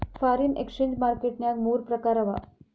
foreign exchange market ನ್ಯಾಗ ಮೂರ್ ಪ್ರಕಾರವ